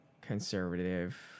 conservative